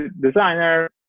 designer